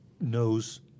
knows